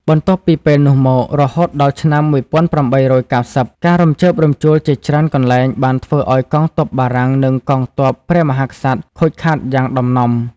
បន្ទាប់ពីពេលនោះមក រហូតដល់ឆ្នាំ ១៨៩០ ការរំជើបរំជួលជាច្រើនកន្លែងបានធ្វើឱ្យកងទ័ពបារាំង និងកងទ័ពព្រះមហាក្សត្រខូចខាតយ៉ាងដំណំ។